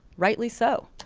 rightly so,